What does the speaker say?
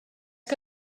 que